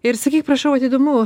ir sakyk prašau vat įdomu